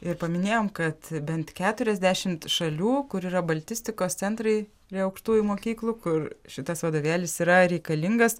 ir paminėjom kad bent keturiasdešimt šalių kur yra baltistikos centrai prie aukštųjų mokyklų kur šitas vadovėlis yra reikalingas